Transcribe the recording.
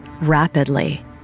rapidly